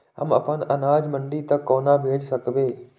हम अपन अनाज मंडी तक कोना भेज सकबै?